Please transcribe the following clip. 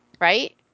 Right